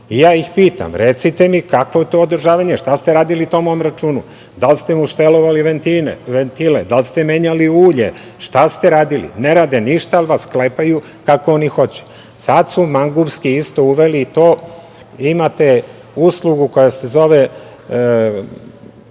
i ja ih pitam, recite mi kakvo je to održavanje i šta ste radili tom računu, da li ste mu štelovali ventile, da li ste menjali ulje, šta ste radili? Ne rade ništa, ali vas klepaju kako oni hoće, sad su mangupski isto uveli to, imate uslugu koja se zove,